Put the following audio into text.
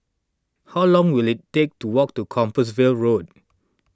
how long will it take to walk to Compassvale Road